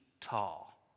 tall